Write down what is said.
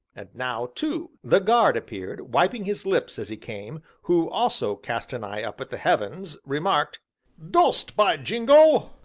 and now, too, the guard appeared, wiping his lips as he came, who also cast an eye up at the heavens, remarked dust, by jingo!